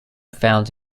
found